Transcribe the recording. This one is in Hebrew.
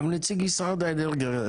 נציג משרד האנרגיה,